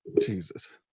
Jesus